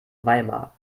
weimar